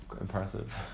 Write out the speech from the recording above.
Impressive